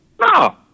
No